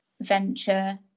venture